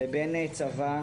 לבין צבא,